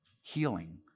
Healing